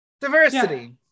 Diversity